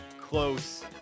close